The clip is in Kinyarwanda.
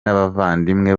n’abavandimwe